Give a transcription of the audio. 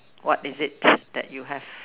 what is it that you have